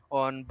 on